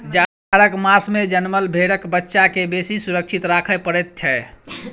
जाड़क मास मे जनमल भेंड़क बच्चा के बेसी सुरक्षित राखय पड़ैत छै